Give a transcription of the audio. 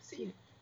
same